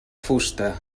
fusta